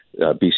BC